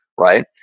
Right